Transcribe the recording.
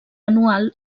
anual